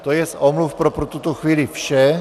To jest z omluv pro tuto chvíli vše.